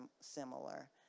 similar